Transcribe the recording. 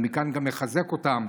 אני מכאן גם מחזק אותן.